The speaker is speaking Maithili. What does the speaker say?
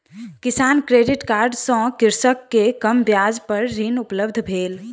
किसान क्रेडिट कार्ड सँ कृषक के कम ब्याज पर ऋण उपलब्ध भेल